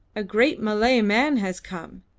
a great malay man has come,